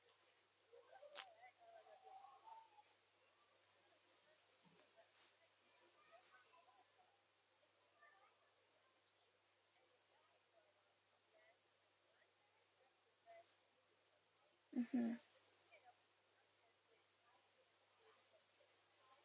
mmhmm